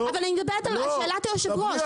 אבל אני מדברת על שאלת היושב ראש.